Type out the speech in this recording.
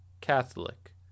Catholic